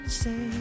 say